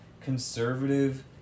conservative